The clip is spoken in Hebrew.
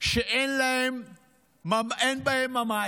שאין בהם ממש,